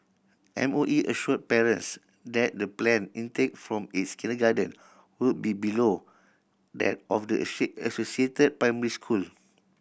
M O E assured parents that the planned intake from its kindergarten will be below that of the associated primary school